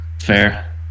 Fair